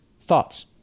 Thoughts